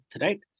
right